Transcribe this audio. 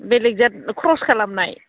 बेलेक जात क्र'स खालामनाय